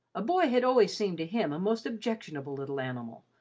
a boy had always seemed to him a most objectionable little animal,